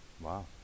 Wow